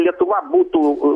lietuva būtų